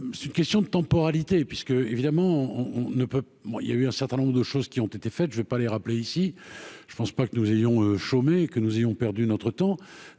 c'est une question de temporalité puisque évidemment on ne peut moi il y a eu un certain nombre de choses qui ont été faites, je vais pas les rappeler ici, je pense pas que nous ayons chômé que nous ayons perdu notre temps,